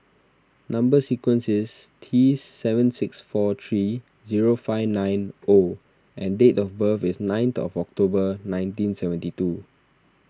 Number Sequence is T seven six four three zero five nine O and date of birth is ninth of October nineteen seventy two